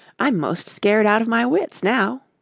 i'm most scared out of my wits now.